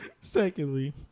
Secondly